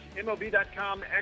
MLB.com